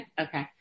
Okay